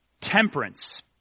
Temperance